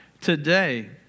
today